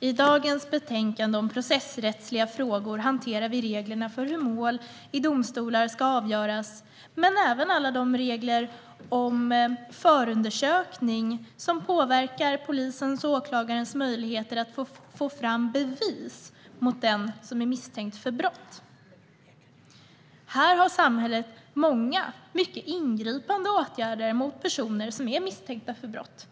I detta betänkande om processrättsliga frågor hanterar vi reglerna för hur mål i domstolar ska avgöras men även alla regler om förundersökning som påverkar polisens och åklagarnas möjligheter att få fram bevis mot den som är misstänkt för brott. Samhället har många mycket ingripande åtgärder mot personer som är misstänkta för brott.